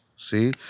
See